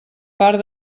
part